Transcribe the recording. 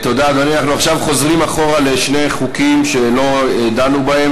בגלל מחלוקת בין היבואנים לרבנות,